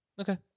Okay